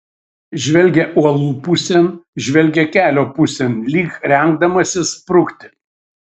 žvelgia uolų pusėn žvelgia kelio pusėn lyg rengdamasis sprukti